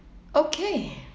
okay